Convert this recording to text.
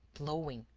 blowing,